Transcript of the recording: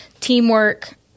teamwork